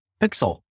pixel